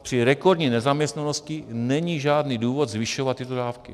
Při rekordní nezaměstnanosti není žádný důvod zvyšovat tyto dávky.